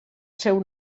seu